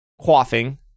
Quaffing